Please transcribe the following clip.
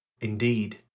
Indeed